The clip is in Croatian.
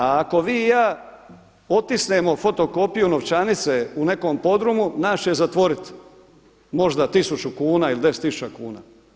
A ako vi i ja otisnemo fotokopiju novčanice u nekom podrumu, nas će zatvoriti, možda tisuću kuna ili 10 tisuća kuna.